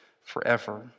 forever